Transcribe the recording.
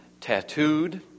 tattooed